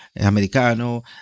americano